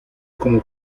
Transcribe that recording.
como